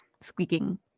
squeaking